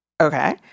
Okay